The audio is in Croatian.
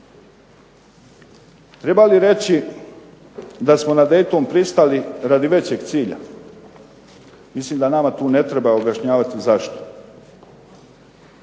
Treba li reći da smo na Dayton pristali radi većeg cilja. Mislim da nama tu ne treba objašnjavati zašto.